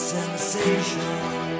sensation